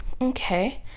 okay